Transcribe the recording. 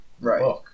Right